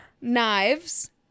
Knives